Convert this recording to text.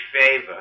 favor